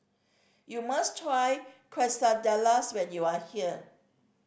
you must try Quesadillas when you are here